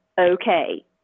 okay